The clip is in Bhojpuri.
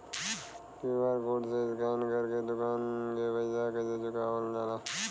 क्यू.आर कोड से स्कैन कर के दुकान के पैसा कैसे चुकावल जाला?